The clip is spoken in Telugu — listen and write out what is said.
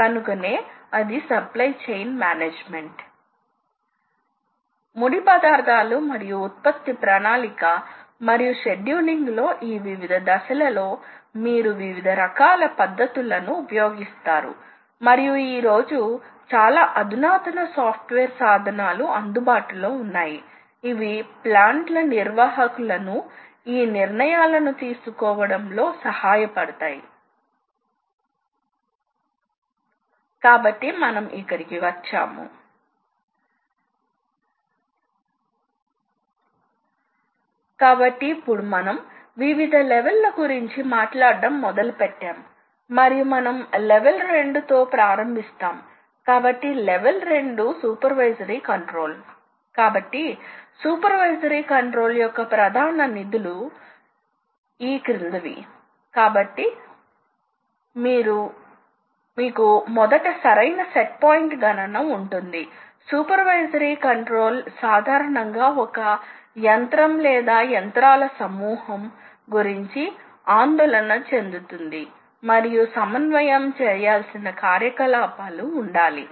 మరియు భాగాలు ఖరీదైనవి భాగాలు ఖరీదైనప్పుడు తయారీ లోపం వల్ల కొంత భాగం వృథా అవుతుందని ఒక అవకాశం తీసుకోవడానికి మీరు ఇష్టపడరు అందుకే మీరు ఒక యంత్రాన్ని సహాయంసరిగా ఏర్పాటు చేసిన తర్వాత సహాయం అది పొరపాటు లేదా వైఫల్యం లేకుండా పని చేస్తుంది మరియు భాగాలను ఉత్పత్తి చేయడంలో అది సహాయం చేస్తుంది ఇంజనీరింగ్ రూపకల్పన మళ్లీ కొద్దిగా మారి నప్పుడు మళ్ళీ ఇది సెటప్ సమయానికి కూడా సంబంధించినది కాబట్టి ప్రాథమికంగా రెండు పాయింట్ లు మొదట మంచి మొత్తంలో సెటప్ సమయం అవసరమయ్యే పరిస్థితులలో మరియు రెండవది పరిస్థితులలో చాలా ఎక్కువ నైపుణ్యాలు ఉన్న పరిస్థితులను తీర్చడం సంక్లిష్ట జ్యామితి మరియు దగ్గరి టాలరెన్స్ అవసరం కాబట్టి ఈ రెండు కారణాల వల్లనే CNCలు CNC ఇతర యంత్రాలు లేదా మానవీయంగా పనిచేసే యంత్రాలపై స్కోర్ చేయబడుతున్నాయి